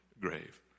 grave